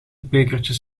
bekertjes